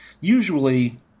usually